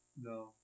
no